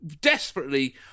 desperately